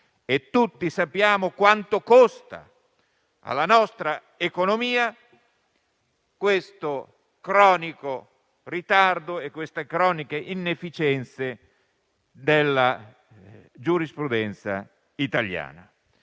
Tutti sappiamo quanto costano alla nostra economia questo cronico ritardo e queste cronache inefficienze della giurisprudenza italiana.